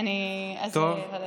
טוב.